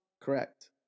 correct